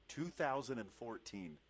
2014